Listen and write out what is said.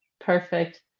Perfect